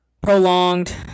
prolonged